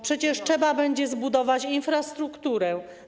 Przecież trzeba będzie zbudować infrastrukturę.